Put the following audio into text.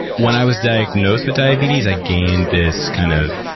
when i was diagnosed with diabetes i gained this, kind of,